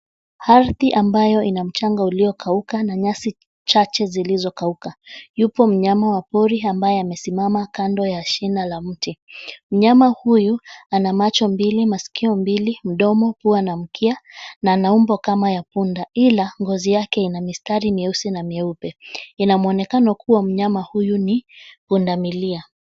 Ardhi ambayo ina mchanga uliyokauka na nyasi chache zilizokauka. Yupo mnyama wa pori ambaye amesimama kando la shina la mti. Mnyama huyu ana macho mbili, maskio mbili, mdomo, pua na mkia na ana umbo kama ya punda, ila ngozi yake ina mistari nyeusi na meupe. Ina mwonekano kuwa mnyama huyu ni pundamilia.